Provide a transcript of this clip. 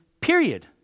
period